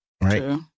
right